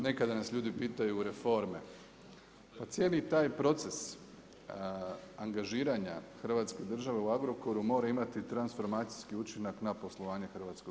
Nekada nas ljudi pitaju reforme, pa cijeli taj proces angažiranja Hrvatske države u Agrokoru mora imati transformacijski učinak na poslovanje hrvatskog